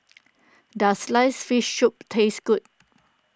does Sliced Fish Soup taste good